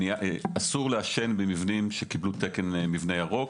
אסור לעשן במבנים שקיבלו תקן מבנה ירוק,